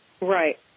Right